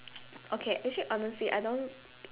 okay actually honestly I don't